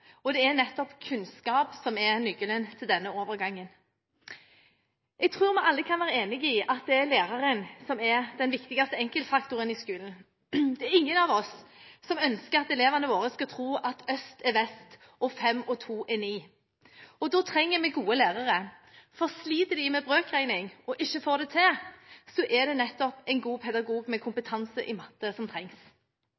og det er nettopp kunnskap som er nøkkelen til denne overgangen. Jeg tror vi alle kan være enige i at det er læreren som er den viktigste enkeltfaktoren i skolen. Det er ingen av oss som ønsker at elevene våre skal tro at «øst er vest og fem og to er ni», og da trenger vi gode lærere. For «sliter de med brøkregning og ikke får det til», så er det nettopp en god pedagog med